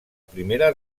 primera